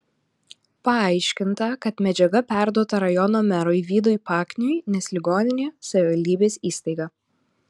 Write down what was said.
paaiškinta kad medžiaga perduota rajono merui vydui pakniui nes ligoninė savivaldybės įstaiga